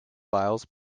files